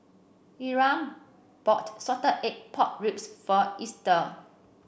Era bought Salted Egg Pork Ribs for Ester